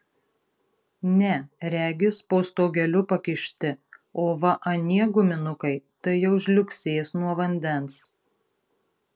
ne regis po stogeliu pakišti o va anie guminukai tai jau žliugsės nuo vandens